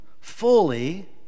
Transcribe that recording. fully